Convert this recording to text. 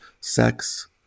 sex